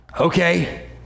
Okay